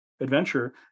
adventure